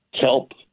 kelp